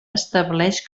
estableix